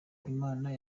imana